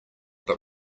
but